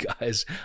guys